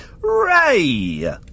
Ray